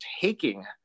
taking